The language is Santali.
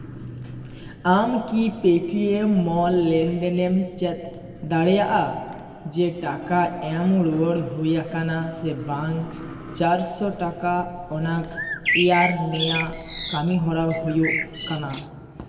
ᱟᱢᱠᱤ ᱯᱮᱴᱤᱭᱮᱢ ᱢᱚᱞ ᱞᱮᱱᱫᱮᱱᱮᱢ ᱪᱮᱫ ᱫᱟᱲᱮᱭᱟᱜᱼᱟ ᱡᱮ ᱴᱟᱠᱟ ᱮᱢ ᱨᱩᱣᱟᱹᱲ ᱦᱩᱭᱟᱠᱟᱱᱟ ᱥᱮ ᱵᱟᱝ ᱪᱟᱨᱥᱚ ᱴᱟᱠᱟ ᱚᱱᱟ ᱛᱮᱭᱟᱨ ᱨᱮᱱᱟᱜ ᱠᱟᱢᱤᱦᱚᱨᱟ ᱦᱩᱭᱩᱜ ᱠᱟᱱᱟ